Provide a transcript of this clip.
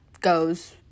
goes